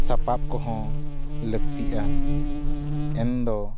ᱥᱟᱯᱟᱯ ᱠᱚ ᱦᱚᱸ ᱞᱟᱹᱠᱛᱤᱜᱼᱟ ᱮᱱᱫᱚ